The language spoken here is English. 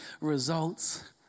results